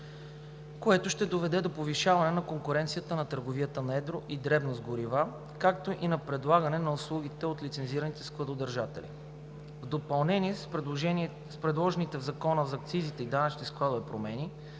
което ще доведе до повишаване на конкуренцията на търговията на едро и дребно с горива, както и на предлагане на услугите от лицензираните складодържатели. В допълнение, с предложените в Закона за акцизите и данъчните складове промени